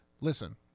Listen